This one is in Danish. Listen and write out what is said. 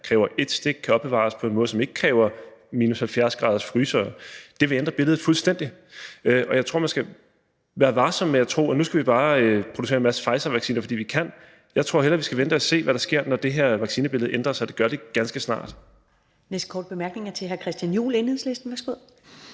kræver ét stik og kan opbevares på en måde, som ikke kræver -70-gradersfrysere. Det vil ændre billedet fuldstændig. Jeg tror, man skal være varsom med at tro, at nu skal vi bare producere en masse Pfizervacciner, fordi vi kan. Jeg tror hellere, vi skal vente og se, hvad der sker, når det her vaccinebillede ændrer sig, og det gør det ganske snart. Kl. 14:26 Første næstformand (Karen Ellemann): Den næste korte bemærkning er fra hr. Christian Juhl, Enhedslisten. Værsgo.